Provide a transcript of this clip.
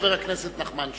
חבר הכנסת נחמן שי.